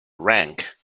rank